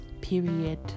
Period